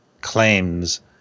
claims